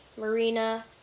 Marina